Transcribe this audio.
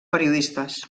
periodistes